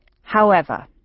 However